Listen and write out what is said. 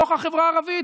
בתוך החברה הערבית.